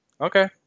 Okay